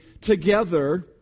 together